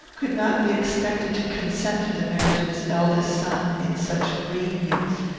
could not be expected to consent to the marriage of his eldest son, in such green youth,